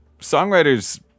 songwriters